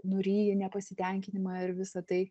nuryji nepasitenkinimą ir visa tai